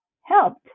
helped